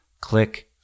click